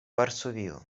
varsovio